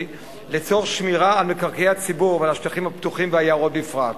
לצורך שמירה על מקרקעי הציבור ועל השטחים הפתוחים והיערות בפרט.